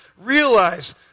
realize